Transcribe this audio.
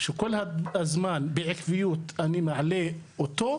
שכל הזמן, בעקביות, אני מעלה את הנושא הזה,